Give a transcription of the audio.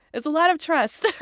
it's a lot of trust